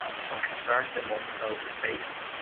ah so concerns that mobile developers face.